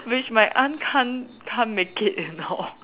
which my aunt can't can't make it you know